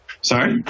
Sorry